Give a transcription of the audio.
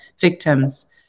victims